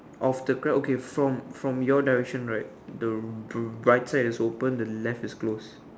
of the crab okay from from your direction right the the right side is open the left is closed